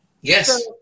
Yes